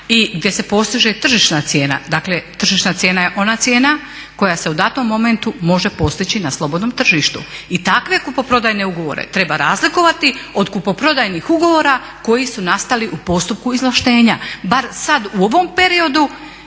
i gdje se postiže tržišna cijena. Dakle, tržišna cijena je ona cijena koja se u datom momentu može postići na slobodnom tržištu i takve kupoprodajne ugovore treba razlikovati od kupoprodajnih ugovora koji su nastali u postupku izvlaštenja bar sad u ovom periodu